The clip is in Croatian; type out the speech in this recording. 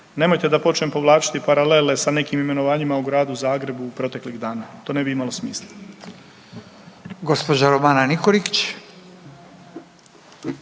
Nemojte da počnem povlačiti paralele sa nekim imenovanjima u Gradu Zagrebu proteklih dana, to ne bi imalo smisla.